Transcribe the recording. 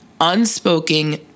Unspoken